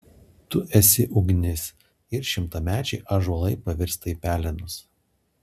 tu esi ugnis ir šimtamečiai ąžuolai pavirsta į pelenus